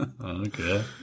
Okay